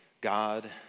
God